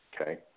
okay